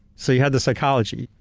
so, you had this psychology,